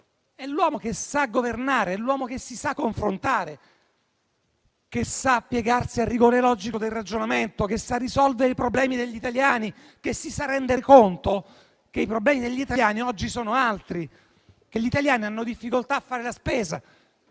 è l'uomo che sa governare. È l'uomo che si sa confrontare, che sa piegarsi al rigore logico del ragionamento, che sa risolvere i problemi degli italiani, che si sa rendere conto che i problemi degli italiani, oggi, sono altri, che gli italiani hanno difficoltà a fare la spesa,